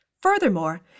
Furthermore